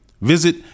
Visit